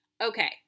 Okay